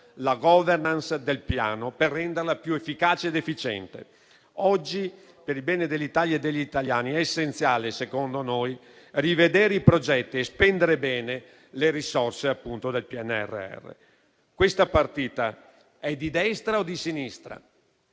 la *governance* del Piano, per renderla più efficace ed efficiente. Oggi, per il bene dell'Italia e degli italiani, è essenziale - secondo noi -rivedere i progetti e spendere bene le risorse del PNRR. Questa partita è di destra o di sinistra?